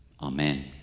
Amen